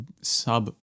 sub